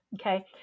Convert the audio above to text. okay